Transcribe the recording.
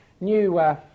New